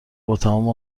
باتمام